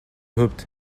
хувьд